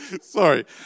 Sorry